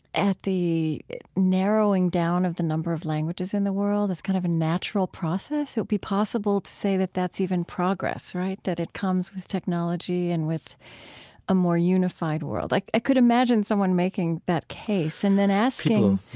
the narrowing down of the number of languages in the world as kind of a natural process? it would be possible to say that that's even progress, right? that it comes with technology and with a more unified world. like i could imagine someone making that case and then asking,